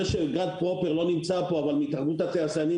זה שגד פרופר לא נמצא פה אבל התאחדות התעשיינים